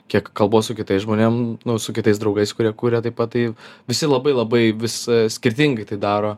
kiek kalbuos su kitais žmonėm su kitais draugais kurie kuria taip pat tai visi labai labai vis skirtingai tai daro